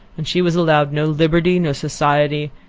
and she was allowed no liberty, no society,